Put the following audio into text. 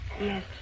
Yes